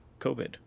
COVID